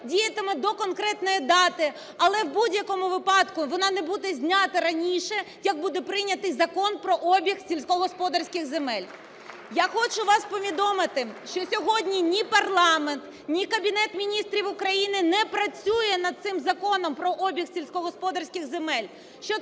діятиме до конкретної дати, але в будь-якому випадку вона не буде знята раніше, як буде прийнятий Закон про обіг сільськогосподарських земель. Я хочу вас повідомити, що сьогодні ні парламент, ні Кабінет Міністрів України не працює над цим Законом про обіг сільськогосподарських земель.